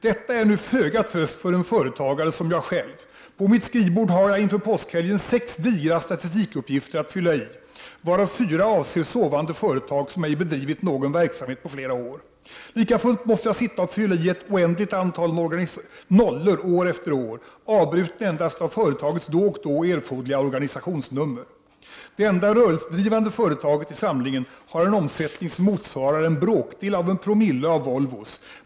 Detta är nu föga tröst för en företagare som jag själv. På mitt skrivbord har jag inför påskhelgen sex digra statistikuppgifter att fylla i, varav fyra avser sovande företag som ej bedrivit någon verksamhet på flera år. Lika fullt måste jag sitta och fylla i ett oändligt antal nollor år efter år, avbrutna endast av företagets då och då erforderliga organisationsnhummer. Det enda rörelsedrivande företaget i samlingen har en omsättning som motsvarar en bråkdel av en promille av Volvos.